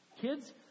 kids